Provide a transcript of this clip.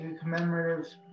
commemorative